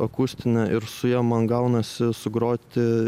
akustinę ir su ja man gaunasi sugroti